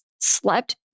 slept